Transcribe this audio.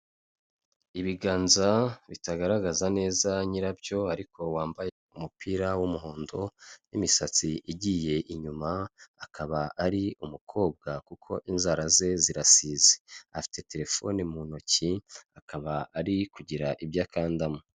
Ibiganza bitagaragaza neza nyirabyo ariko wambaye umupira w'umuhondo n'imisatsi igiye inyuma, akaba ari umukobwa kuko inzara ze zirasize. Afite telefone mu ntoki, akaba ari kugira ibyo akandamo.